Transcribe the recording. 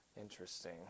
Interesting